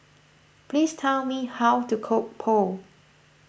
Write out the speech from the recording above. please tell me how to cook Pho